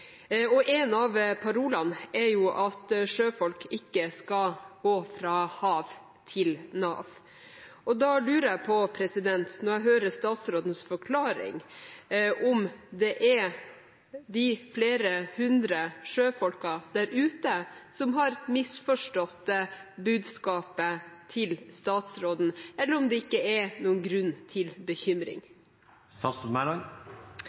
En av parolene er at sjøfolk ikke skal gå fra hav til Nav. Da lurer jeg på – når jeg hører statsrådens forklaring – om det er de flere hundre sjøfolkene der ute som har misforstått budskapet til statsråden, eller om det ikke er noen grunn til